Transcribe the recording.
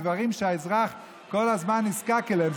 דברים שהאזרח כל הזמן נזקק להם.